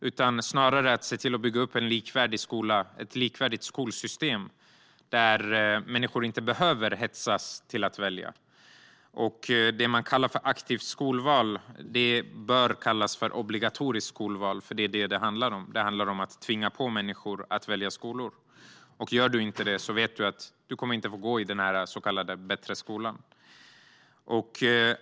I stället måste vi se till att bygga upp ett likvärdigt skolsystem, där människor inte behöver hetsas till att välja. Det man kallar aktivt skolval bör kallas obligatoriskt skolval, för det är vad det handlar om: att tvinga människor att välja skola. Gör du inte det vet du att du inte kommer att få gå i den "bättre" skolan.